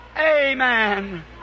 Amen